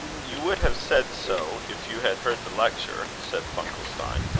you would have said so, if you had heard the lecture, said funkelstein.